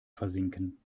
versinken